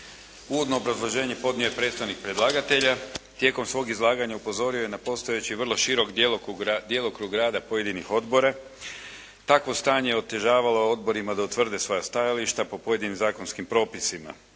Uvodno obrazloženje podnio je predstavnik predlagatelja. Tijekom svog izlaganja upozorio je na postojeći vrlo širok djelokrug rada pojedinih odbora. Takvo stanje je otežavalo odborima da utvrde svoja stajališta po pojedinim zakonskim propisima.